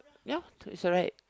ya that's alright